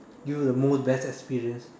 give the most best experience